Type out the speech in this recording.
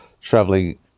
traveling